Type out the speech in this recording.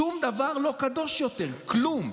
שום דבר לא קדוש יותר, כלום.